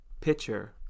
pitcher